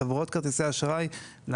לחברות כרטיסי האשראי יש שני רגולטורים,